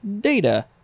data